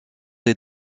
des